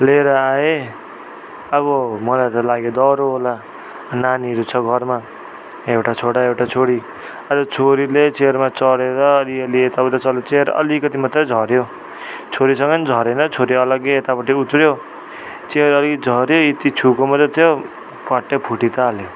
लिएर आएँ अब मलाई त लाग्यो दह्रो होला नानीहरू छ घरमा एउटा छोरा एउटा छोरी अन्त छोरीले चियरमा चढेर अलिअलि यताउता चल्यो चियर अलिकति मात्रै झऱ्यो छोरीसँगै पनि झरेन छोरी अलग्गै यतापट्टि उत्र्यो चियर अलिकति झर्यो इति छुएको मात्रै थियो प्वाट्टै फुटी त हाल्यो